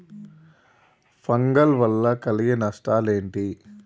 Fungal వల్ల కలిగే నష్టలేంటి?